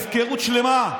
הפקרות שלמה.